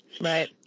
Right